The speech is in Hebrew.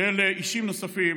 של אישים נוספים,